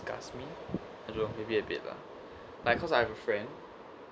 disgust me I don't know maybe a bit lah like because I have a friend